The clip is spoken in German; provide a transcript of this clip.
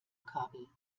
kabel